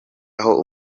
aho